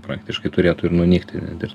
praktiškai turėtų ir nunykti net ir